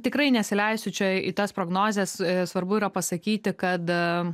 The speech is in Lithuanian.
tikrai nesileisiu čia į tas prognozes svarbu yra pasakyti kad